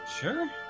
Sure